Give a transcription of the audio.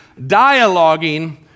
dialoguing